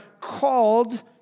called